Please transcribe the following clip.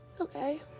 Okay